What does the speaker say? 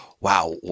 wow